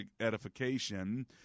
edification